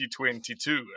2022